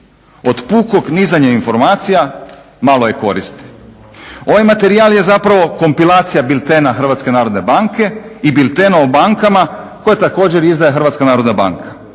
Od pukog nizanja informacija malo je koristi. Ovaj materijal je zapravo kompilacija biltena HNB-a i biltena o bankama koje također izdaje HNB, a to pak